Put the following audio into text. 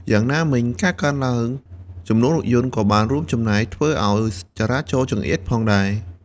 យ៉ាងណាមិញ ការកើនឡើងចំនួនរថយន្តក៏បានរួមចំណែកធ្វើឱ្យចរាចរណ៍ចង្អៀតផងដែរ។